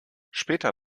später